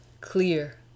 clear